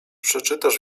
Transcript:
przeczytasz